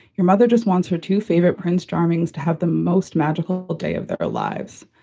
your mother just wants her two favorite prince charmings to have the most magical day of their lives.